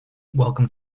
welcome